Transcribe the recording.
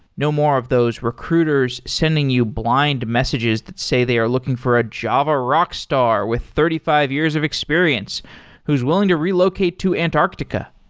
no more of those recruiters sending you blind messages that say they are looking for a java rockstar with thirty five years of experience who's willing to relocate to antarctica.